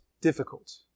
difficult